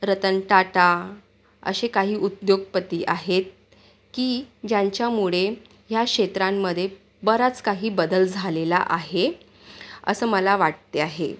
रतन टाटा असे काही उद्योगपती आहेत की ज्यांच्यामुळे ह्या क्षेत्रांमध्ये बराच काही बदल झालेला आहे असं मला वाटते आहे